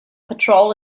petrol